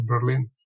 Berlin